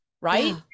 right